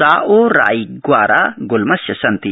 साओराइग्वारा गुल्मस्य सन्ति